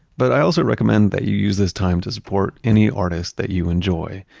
but i also recommend that you use this time to support any artist that you enjoy,